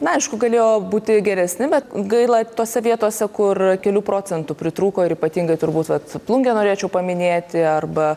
na aišku galėjo būti geresni bet gaila tose vietose kur kelių procentų pritrūko ir ypatingai turbūt vat plungę norėčiau paminėti arba